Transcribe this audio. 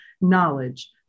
knowledge